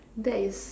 that is